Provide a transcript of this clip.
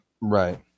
Right